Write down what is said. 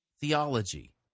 theology